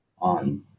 on